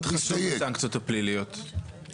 הסנקציות הפליליות מאוד חשובות.